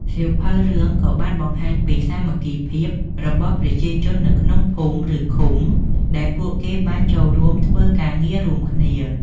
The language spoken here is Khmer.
សៀវភៅរឿងក៏បានបង្ហាញពី សាមគ្គីភាព របស់ប្រជាជននៅក្នុងភូមិ ឬឃុំ ដែលពួកគេបានចូលរួមធ្វើការងាររួមគ្នា។